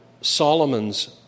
Solomon's